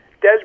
Des